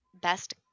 best